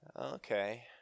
Okay